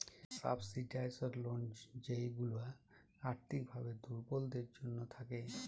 subsidised loan যেইগুলা আর্থিক ভাবে দুর্বলদের জন্য থাকে